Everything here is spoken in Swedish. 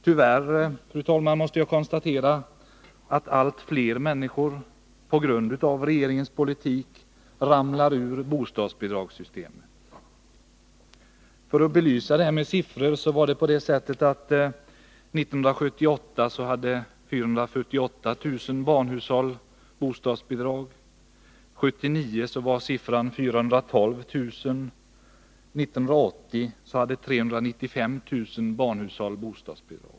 Tyvärr, fru talman, måste jag konstatera att allt fler människor — på grund av regeringens politik — ramlar ur bostadsbidragssystemet. För att belysa det med siffror vill jag nämna att 1978 hade 448 000 barnhushåll bostadsbidrag. 1979 var siffran 412 000, och 1980 hade 395 000 barnhushåll bostadsbidrag.